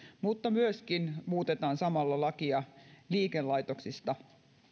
mutta myöskin muutetaan samalla lakia liikelaitoksista